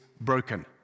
broken